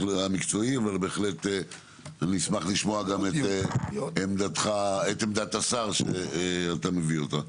אבל בהחלט אני אשמח לשמוע גם את עמדת השר שאתה מביא אותה.